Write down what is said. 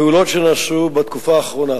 פעולות שנעשו בתקופה האחרונה: